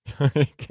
Okay